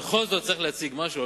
בכל זאת צריך להציג משהו,